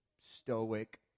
stoic